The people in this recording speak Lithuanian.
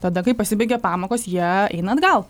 tada kai pasibaigia pamokos jie eina atgal